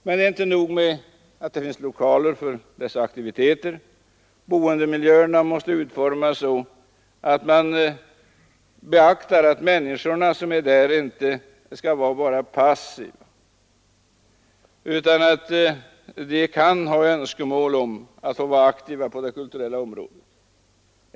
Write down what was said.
Men det är inte nog med att det finns lokaler för dessa aktiviteter. Boendemiljöerna måste utformas så, att man beaktar att människorna där inte är bara passiva. utan kan ha önskemål om att få vara aktiva på det kulturella området.